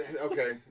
okay